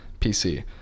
PC